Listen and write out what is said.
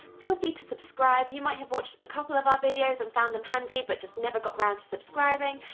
feel free to subscribe! you might have watched a couple of our videos and found them handy, but just never got around to subscribing,